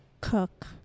cook